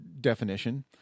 definition